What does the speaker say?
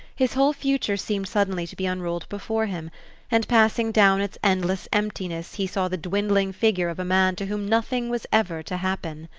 his whole future seemed suddenly to be unrolled before him and passing down its endless emptiness he saw the dwindling figure of a man to whom nothing was ever to happen.